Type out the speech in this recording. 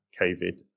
COVID